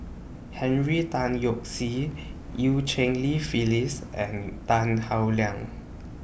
Henry Tan Yoke See EU Cheng Li Phyllis and Tan Howe Liang